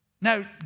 Now